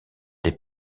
des